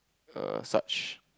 err such